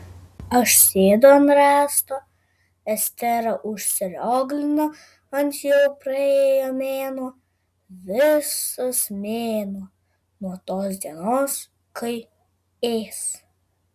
aš sėdu ant rąsto estera užsirioglina ant jau praėjo mėnuo visas mėnuo nuo tos dienos kai ės